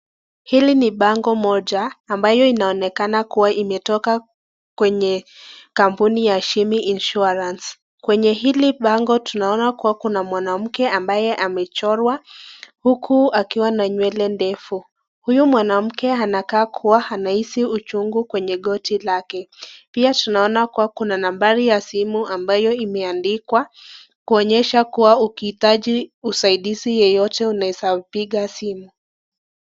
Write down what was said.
Hili ni bango moja ambayo inaonekana kuwa imetoka kwenye kampuni ya Shemi insuarance. Kwenye hili bango tunaona kuwa kuna mwanamke ambaye amechorwa huku akiwa na nywele ndefu. Huyu mwanamke anakaa kuwa anahisi uchungu kwenye goti lake. Pia tunaona kuwa kuna nambari ya simu ambayo imeandikwa kuonyesha kuwa ukihitaji usaidizi yeyote unaweza piga simu.